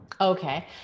Okay